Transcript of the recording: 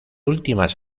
últimas